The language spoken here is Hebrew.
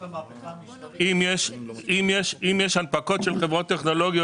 אם יש אם יש הנפקות של חברות טכנולוגיות